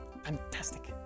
Fantastic